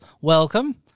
welcome